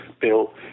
Bill